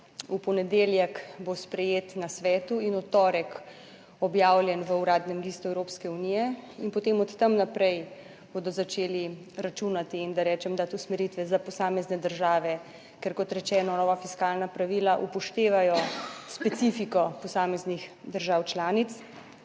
V ponedeljek bo sprejet na svetu in v torek objavljen v Uradnem listu Evropske unije in potem od tam naprej bodo začeli računati in da rečem dati usmeritve za posamezne države. Ker kot rečeno, nova fiskalna pravila upoštevajo specifiko posameznih držav članic.